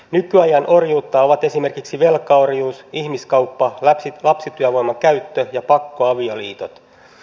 nykyajan orjuutta ovat esimerkiksi velkaorjuus ihmiskauppa lapsityövoiman käyttö ja pakkoavioliitot